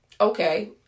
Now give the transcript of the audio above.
Okay